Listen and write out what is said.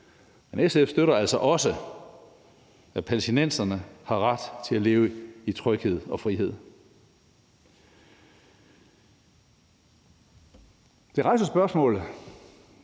Men SF støtter altså også, at palæstinenserne har ret til at leve i tryghed og frihed. Det rejser spørgsmålet